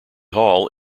hall